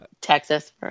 Texas